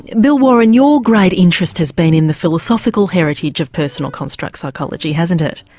and bill warren your great interest has been in the philosophical heritage of personal construct psychology, hasn't it,